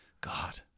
God